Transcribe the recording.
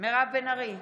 מירב בן ארי,